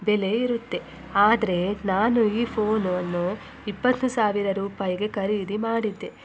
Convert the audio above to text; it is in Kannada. ಬೆಲೆ ಇರುತ್ತೆ ಆದರೆ ನಾನು ಈ ಫೋನನ್ನು ಇಪ್ಪತ್ತು ಸಾವಿರ ರೂಪಾಯಿಗೆ ಖರೀದಿ ಮಾಡಿದ್ದೆ